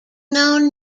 known